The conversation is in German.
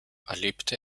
erlebte